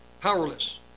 powerless